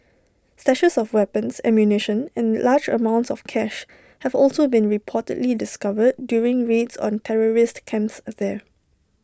stashes of weapons ammunition and large amounts of cash have also been reportedly discovered during raids on terrorist camps there